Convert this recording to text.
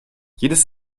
jedes